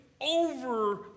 over